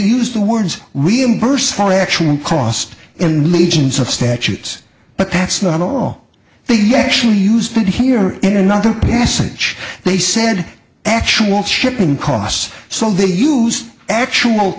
used the words reimburse for actual cost in legions of statutes but that's not a law they actually used it here in another passage they said actual shipping costs so they used actual